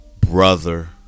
Brother